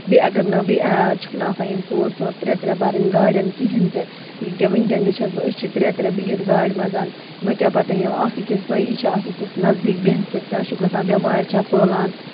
بیٚیہِ اَگر نہٕ بیٚیہِ چھُکھ نہٕ آسان یِم ژور ژور ترٛےٚ ترٛےٚ بَرٕنۍ گاڑین کِہینۍ تہِ کیٛاہ وٕنکٮ۪ن تہِ چھَس بہٕ أسۍ چھِ ترٛےٚ ترےٚ بِہِتھ گاڑِ منٛز ونہِ کیٛاہ پَتاہ یِم اکھ أکِس بیی چھےٚ اکھ أکِس نَزدیٖک بیٚہنہٕ سۭتۍ کیٛاہ چھُ گژھان بٮ۪مارِ چھےٚ پھٔہلان